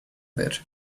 that